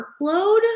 workload